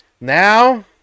now